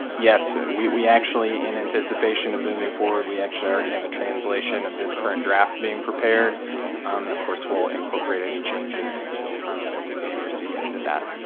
yes ah we we actually in anticipation of moving forward. we actually already have a translation of this current draft being prepared um and of course will incorporate any changes that we may receive into that